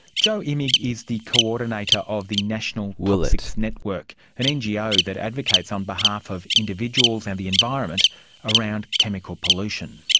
jo immig is the coordinator of the national toxics network, an ngo ah that advocates on behalf of individuals and the environment around chemical pollution.